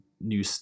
new